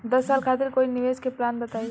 दस साल खातिर कोई निवेश के प्लान बताई?